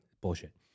bullshit